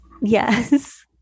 Yes